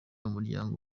umuryango